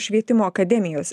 švietimo akademijos